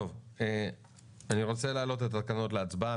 טוב, אני רוצה להעלות את התקנות להצבעה.